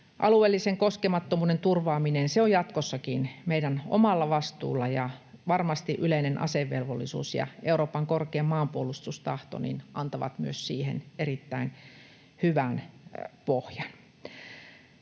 Alueellisen koskemattomuuden turvaaminen on jatkossakin meidän omalla vastuulla, ja varmasti yleinen asevelvollisuus ja Euroopan korkein maanpuolustustahto antavat myös siihen erittäin hyvän pohjan.